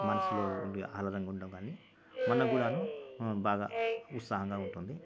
మనసులో ఉండి ఆహ్లాదంగా ఉండడం కానీ మనకి కూడాను బాగా ఉత్సహంగా ఉంటుంది